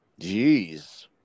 Jeez